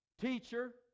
Teacher